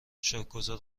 شکرگزار